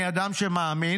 אני אדם שמאמין,